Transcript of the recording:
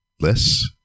less